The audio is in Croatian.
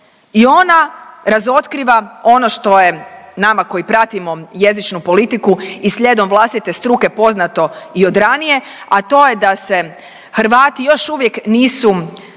I ona razotkriva ono što je nama koji pratimo jezičku politiku i slijedom vlastite struke poznato i od ranije, a to je da se Hrvati još uvijek nisu